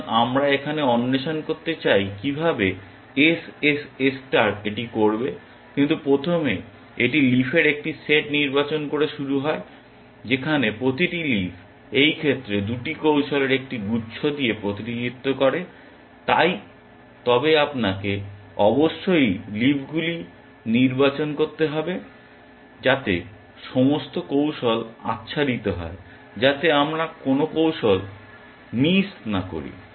সুতরাং আমরা এখন অন্বেষণ করতে চাই কিভাবে SSS ষ্টার এটি করবে কিন্তু প্রথমে এটি লিফের একটি সেট নির্বাচন করে শুরু হয় যেখানে প্রতিটি লিফ এই ক্ষেত্রে 2টি কৌশলের একটি গুচ্ছ দিয়ে প্রতিনিধিত্ব করে তবে আপনাকে অবশ্যই লিফগুলি নির্বাচন করতে হবে যাতে সমস্ত কৌশল আচ্ছাদিত হয় যাতে আমরা কোনো কৌশল মিস না করি